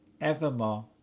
evermore